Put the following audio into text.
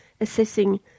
assessing